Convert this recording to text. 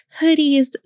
hoodies